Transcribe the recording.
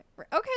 okay